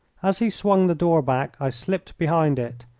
as he swung the door back i slipped behind it,